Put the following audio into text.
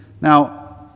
Now